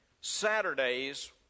Saturdays